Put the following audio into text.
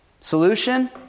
Solution